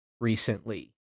recently